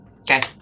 Okay